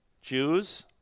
Jews